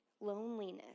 loneliness